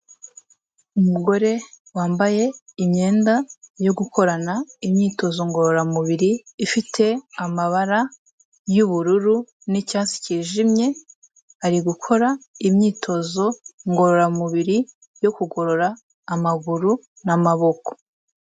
Umugore wambaye imyenda yo gukorana imyitozo ngororamubiri ifite amabara y'ubururu n'icyatsi cyijimye, ari gukora imyitozo ngororamubiri yo kugorora amaguru n'amaboko.